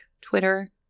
Twitter